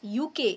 UK